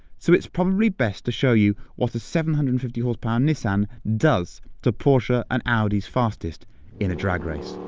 so it's probably best to show you what the seven hundred and fifty horsepower nissan does to porsche and audi's fastest in a drag race.